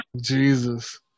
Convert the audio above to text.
Jesus